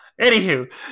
Anywho